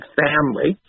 family